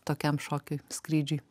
tokiam šokiui skrydžiui